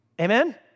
Amen